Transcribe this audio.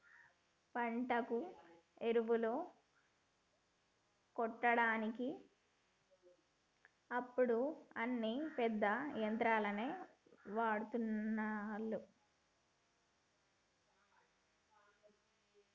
పంటకు ఎరువులు కొట్టడానికి ఇప్పుడు అన్ని పెద్ద యంత్రాలనే వాడ్తాన్లు